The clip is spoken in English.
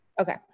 Okay